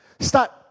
Start